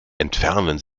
entfernen